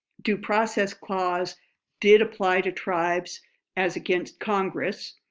due process clause did apply to tribes as against congress,